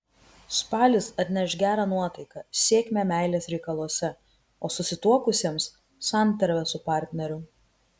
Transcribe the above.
spalis atneš gerą nuotaiką sėkmę meilės reikaluose o susituokusiems santarvę su partneriu